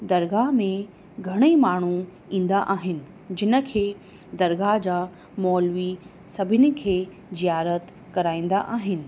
दरगाह में घणेई माण्हू ईंदा आहिन जिनि खे दरगाह जा मोलवी सभिनी खे जियारत कराईंदा आहिनि